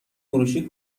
فروشی